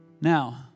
Now